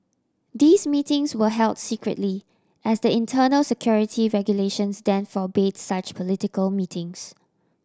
these meetings were held secretly as the internal security regulations then forbade such political meetings